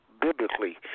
biblically